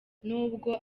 nubwo